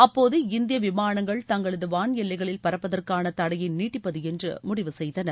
அப்போது இந்திய விமானங்கள் தங்களது வான் எல்லைகளில் பறப்பதற்கான தடையை நீட்டிப்பது என்று முடிவு செய்தனர்